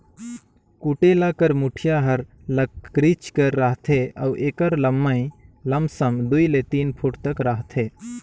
कुटेला कर मुठिया हर लकरिच कर रहथे अउ एकर लम्मई लमसम दुई ले तीन फुट तक रहथे